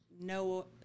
no